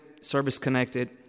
service-connected